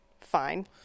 fine